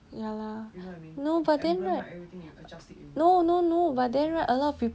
ya lah no but then right no no no but then right a lot of people